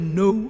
no